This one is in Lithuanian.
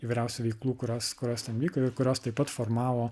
įvairiausių veiklų kurios kurios ten vyko ir kurios taip pat formavo